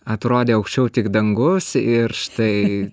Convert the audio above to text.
atrodė aukščiau tik dangus ir štai